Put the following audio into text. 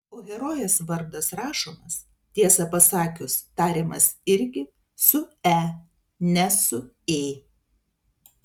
o herojės vardas rašomas tiesą pasakius tariamas irgi su e ne su ė